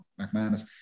McManus